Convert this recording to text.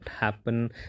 happen